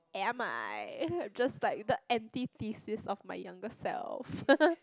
am I I'm just like the anti thesis of my younger self